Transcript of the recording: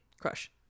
Crush